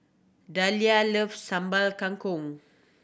Dahlia love Sambal Kangkong